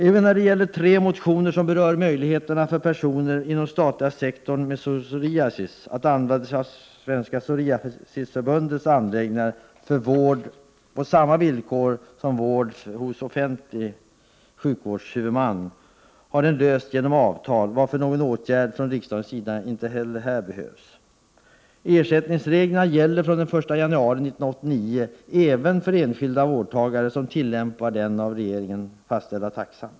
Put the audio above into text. I tre motioner berörs möjligheter för statligt anställda personer med psoriasis att använda sig av Svenska psoriasisförbundets anläggningar för vård på samma villkor som vård hos offentlig sjukvårdshuvudman. Detta har lösts genom avtal, varför någon åtgärd från riksdagens sida inte behövs. Ersättningsreglerna gäller från den 1 januari 1989 även för enskilda vårdtagare som tillämpar den av regeringen fastställda taxan.